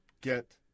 get